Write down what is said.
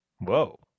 Whoa